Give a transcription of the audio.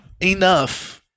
enough